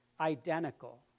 identical